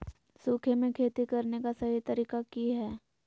सूखे में खेती करने का सही तरीका की हैय?